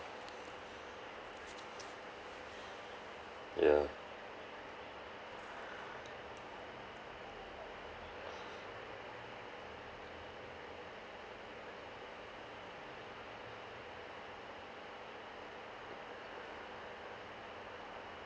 ya